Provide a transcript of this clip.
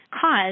cause